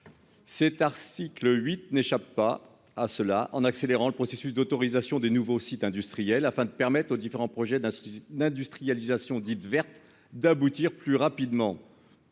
Cet article 8 n'échappe pas à cela en accélérant le processus d'autorisation des nouveaux sites industriels afin de permettre aux différents projets d'un ce qui, d'industrialisation dites vertes d'aboutir plus rapidement.